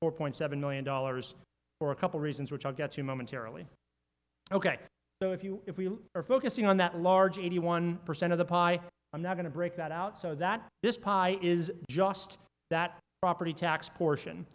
four point seven million dollars for a couple reasons which i'll get to momentarily ok so if you if we are focusing on that large eighty one percent of the pie i'm not going to break that out so that this pie is just that property tax portion